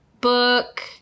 book